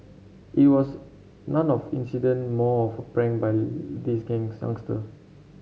it was nun off incident more of prank by this youngster